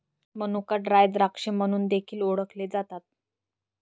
मनुका ड्राय द्राक्षे म्हणून देखील ओळखले जातात